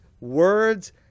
words